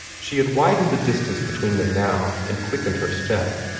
she had widened the distance between them now, and quickened her step.